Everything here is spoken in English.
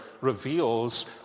reveals